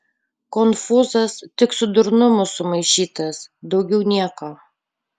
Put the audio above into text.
konfūzas tik su durnumu sumaišytas daugiau nieko